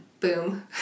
Boom